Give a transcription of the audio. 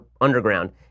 Underground